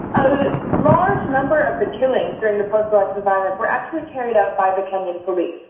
a large number of the killings during the post-election violence were actually carried out by the kenyan police.